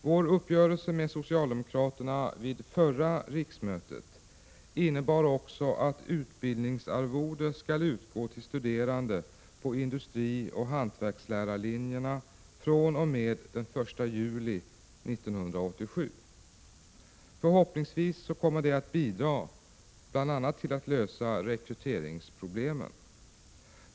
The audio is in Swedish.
Vår uppgörelse med socialdemokraterna vid förra riksmötet innebar också att utbildningsarvode skall utgå till studerande på industrioch hantverkslärarlinjerna fr.o.m. den 1 juli 1987. Förhoppningsvis kommer det att bidra till att lösa bl.a. rekryteringsproblemen.